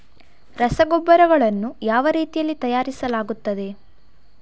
ರಸಗೊಬ್ಬರಗಳನ್ನು ಯಾವ ರೀತಿಯಲ್ಲಿ ತಯಾರಿಸಲಾಗುತ್ತದೆ?